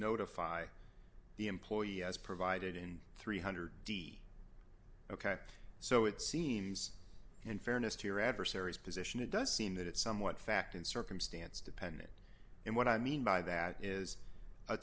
notify the employee as provided in three hundred d ok so it seems in fairness to your adversary's position it does seem that it's somewhat fact and circumstance dependent and what i mean by that is a